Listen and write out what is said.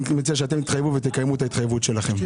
אני מציע שאתם תתחייבו ותקיימו את ההתחייבות שלכם.